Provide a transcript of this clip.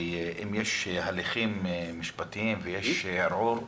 שאם יש הליכים משפטיים ויש ערעור,